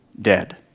dead